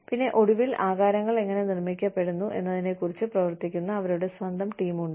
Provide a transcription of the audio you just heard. പിന്നെ ഒടുവിൽ ആകാരങ്ങൾ എങ്ങനെ നിർമ്മിക്കപ്പെടുന്നു എന്നതിനെക്കുറിച്ച് പ്രവർത്തിക്കുന്ന അവരുടെ സ്വന്തം ടീം ഉണ്ട്